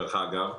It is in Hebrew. דרך אגב,